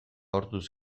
orduz